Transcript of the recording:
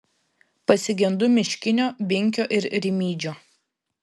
pasigendu miškinio binkio ir rimydžio